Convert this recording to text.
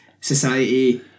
society